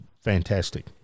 fantastic